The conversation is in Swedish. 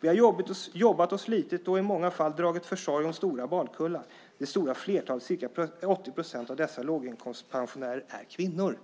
Vi har jobbat och slitit och i många fall dragit försorg om stora barnkullar. Det stora flertalet, ca 80 procent, av dessa låginkomstpensionärer är kvinnor.